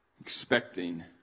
expecting